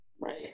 right